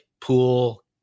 pool